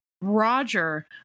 Roger